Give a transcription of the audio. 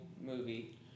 movie